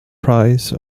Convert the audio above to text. price